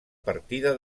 partida